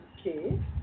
Okay